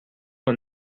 een